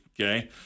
okay